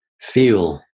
feel